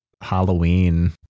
Halloween